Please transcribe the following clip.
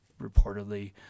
reportedly